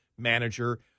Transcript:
manager